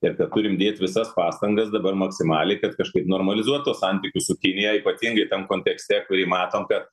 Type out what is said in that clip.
ir kad turim dėt visas pastangas dabar maksimaliai kad kažkaip normalizuot tuos santykius su kinija ypatingai tam kontekste kurį matom kad